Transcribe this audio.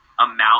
amount